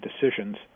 decisions